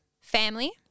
Family